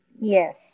yes